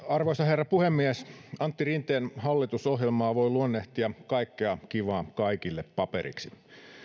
arvoisa herra puhemies antti rinteen hallitusohjelmaa voi luonnehtia kaikkea kivaa kaikille paperiksi